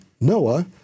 Noah